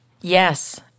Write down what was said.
Yes